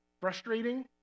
frustrating